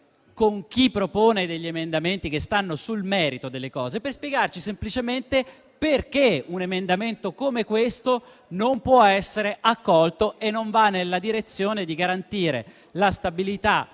con chi propone emendamenti di merito, per spiegarci semplicemente perché un emendamento come questo non può essere accolto e non va nella direzione di garantire la stabilità